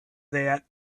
that